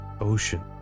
ocean